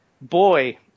Boy